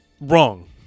wrong